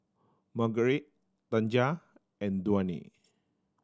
Margurite Tanja and Dwayne